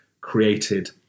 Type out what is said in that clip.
created